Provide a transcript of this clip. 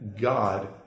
God